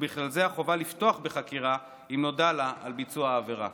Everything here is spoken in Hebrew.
ובכלל זה החובה לפתוח בחקירה אם נודע לה על ביצוע עבירה.